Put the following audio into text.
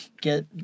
get